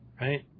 right